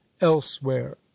elsewhere